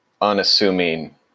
unassuming